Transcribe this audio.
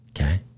okay